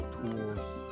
tools